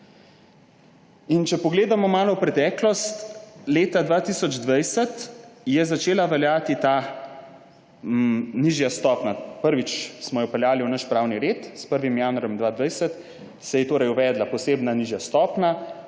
In če pogledamo malo v preteklost, leta 2020 je začela veljati ta nižja stopnja, prvič smo jo vpeljali v naš pravni red, s 1. januarjem 2020 se je torej uvedla posebna nižja stopnja